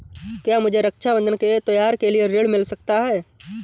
क्या मुझे रक्षाबंधन के त्योहार के लिए ऋण मिल सकता है?